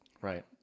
right